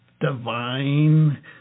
divine